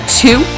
two